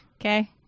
okay